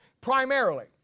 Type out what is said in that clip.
Primarily